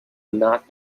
not